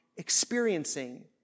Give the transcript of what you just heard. experiencing